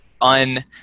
un-